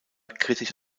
kritisch